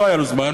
לא היה לו זמן.